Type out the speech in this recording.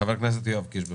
חבר הכנסת יואב קיש בבקשה.